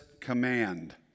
command